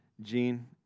Gene